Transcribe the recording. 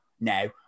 No